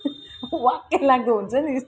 वाक्कै लाग्दो हुन्छ नि